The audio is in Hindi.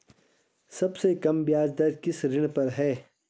सबसे कम ब्याज दर किस ऋण पर है?